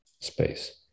space